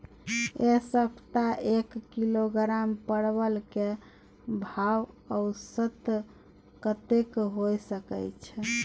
ऐ सप्ताह एक किलोग्राम परवल के भाव औसत कतेक होय सके छै?